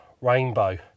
Rainbow